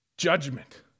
Judgment